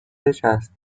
بچسب